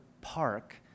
park